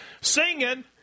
singing